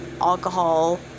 alcohol